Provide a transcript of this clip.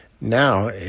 now